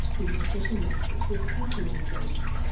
the official method was eponym dating,